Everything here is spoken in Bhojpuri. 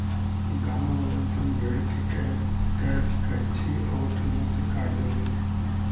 गांववालन सन भेड़ के केश कैची अउर ट्रिमर से काट देले